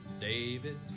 David